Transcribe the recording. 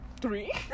Three